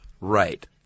Right